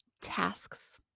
tasks